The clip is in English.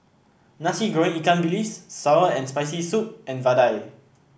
Nasi Goreng Ikan Bilis sour and Spicy Soup and vadai